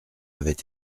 avait